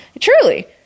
truly